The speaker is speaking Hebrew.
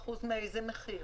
--- 30% מאיזה מחיר?